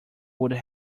would